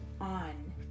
on